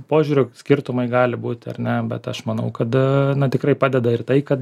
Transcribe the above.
požiūrių skirtumai gali būt ar ne bet aš manau kad na tikrai padeda ir tai kad